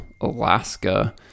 Alaska